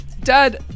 Dad